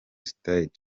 stage